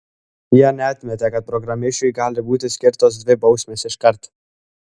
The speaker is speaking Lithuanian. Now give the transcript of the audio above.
jie neatmetė kad programišiui gali būti skirtos dvi bausmės iškart